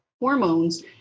hormones